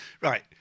Right